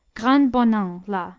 grande bornand, la